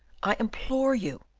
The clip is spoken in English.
i implore you.